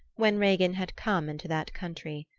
when regin had come into that country.